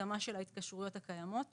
התאמה של ההתקשרויות הקיימות